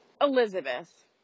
Elizabeth